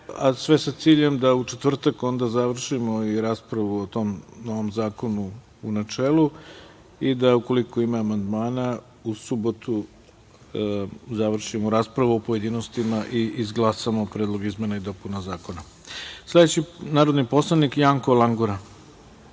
sve sa ciljem da u četvrtak završimo i raspravu o tom novom zakonu u načelu i da, ukoliko ima amandmana, u subotu završimo raspravu u pojedinostima i izglasamo predlog izmena i dopuna zakona. Sledeći narodni poslanik je Janko Langura.